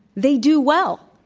they do well.